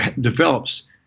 develops